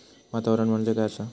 वातावरण म्हणजे काय असा?